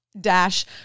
Dash